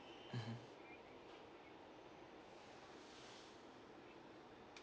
mmhmm